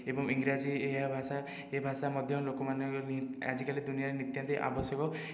ଏବଂ ଇଂରାଜୀ ଏହା ଭାଷା ଏ ଭାଷା ମଧ୍ୟ ଲୋକମାନେ ଆଜିକାଲି ଦୁନିଆରେ ନିତାନ୍ତ ଆବଶ୍ୟକ